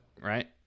Right